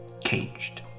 caged